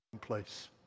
place